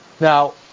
Now